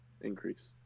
increase